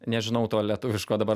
nežinau to lietuviško dabar